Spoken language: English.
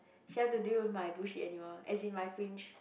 she have to deal with my bullshit anymore as in my fringe